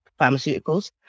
pharmaceuticals